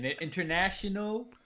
international